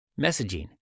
Messaging